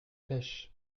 pêches